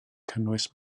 cynnwys